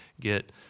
get